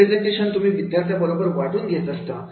असे प्रेझेंटेशन तुम्ही विद्यार्थ्यांबरोबर वाटून घेत असता